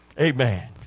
Amen